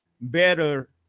better